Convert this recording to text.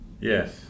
Yes